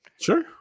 Sure